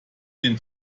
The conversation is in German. den